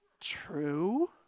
True